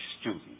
student